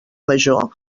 major